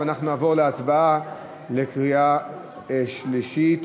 ואנחנו נעבור להצבעה בקריאה שלישית,